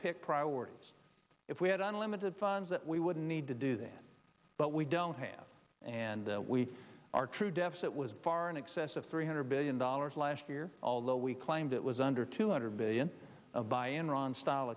pick priorities if we had unlimited funds that we would need to do that but we don't have and we are true deficit was far in excess of three hundred billion dollars last year although we claimed it was under two hundred billion of by enron style